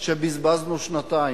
שבזבזנו שנתיים.